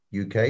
UK